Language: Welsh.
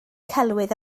celwydd